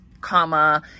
comma